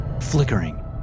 flickering